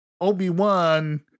Obi-Wan